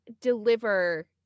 deliver